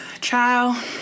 Child